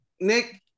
Nick